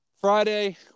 Friday